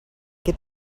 get